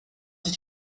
sich